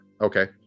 Okay